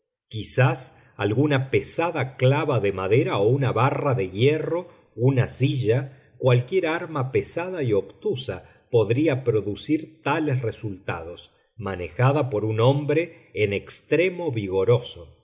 quizás alguna pesada clava de madera o una barra de hierro una silla cualquier arma pesada y obtusa podría producir tales resultados manejada por un hombre en extremo vigoroso